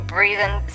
Breathing